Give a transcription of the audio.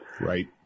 Right